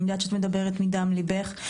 ואני יודעת שאת מדברת מדם ליבך.